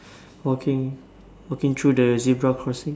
walking walking through the zebra crossing